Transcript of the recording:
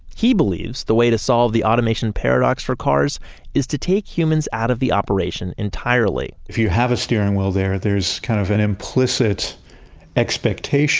he believes the way to solve the automation paradox for cars is to take humans out of the operation entirely if you have a steering wheel there, there's kind of an implicit expectation